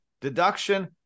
deduction